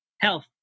health